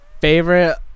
favorite